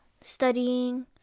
studying